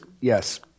yes